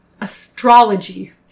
astrology